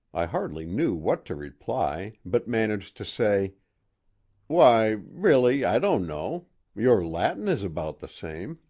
i hardly knew what to reply, but managed to say why, really, i don't know your latin is about the same.